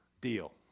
deal